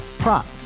prop